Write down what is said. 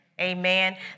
Amen